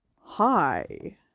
Hi